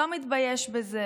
לא מתבייש בזה,